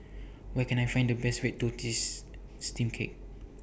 Where Can I Find The Best Red Tortoise Steamed Cake